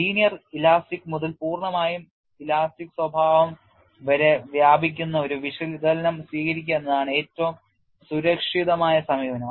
linear elastic മുതൽ പൂർണ്ണമായും plastic സ്വഭാവം വരെ വ്യാപിക്കുന്ന ഒരു വിശകലനം സ്വീകരിക്കുക എന്നതാണ് ഏറ്റവും സുരക്ഷിതമായ സമീപനം